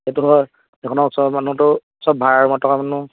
সেইটো হয় সেইখনৰ ওচৰৰ মানুহতো সব ভাল আৰামত থকা মানুহ